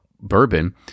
bourbon